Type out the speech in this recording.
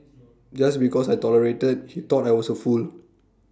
just because I tolerated he thought I was A fool